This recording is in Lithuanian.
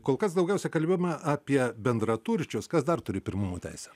kol kas daugiausia kalbėjome apie bendraturčius kas dar turi pirmumo teisę